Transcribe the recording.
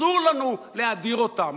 אסור לנו להדיר אותם.